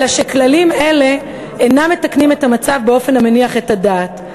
אלא שכללים אלה אינם מתקנים את המצב באופן המניח את הדעת.